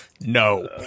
No